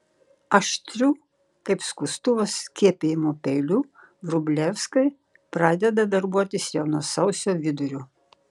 aštriu kaip skustuvas skiepijimo peiliu vrublevskiai pradeda darbuotis jau nuo sausio vidurio